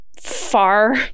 far